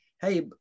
hey